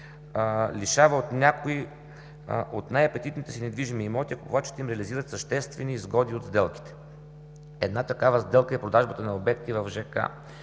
някои от най-апетитните си недвижими имоти, а купувачите им реализират съществени изгоди от сделките. Една такава сделка е продажбата на обекти в ж.